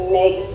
make